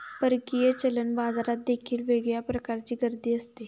परकीय चलन बाजारात देखील वेगळ्या प्रकारची गर्दी असते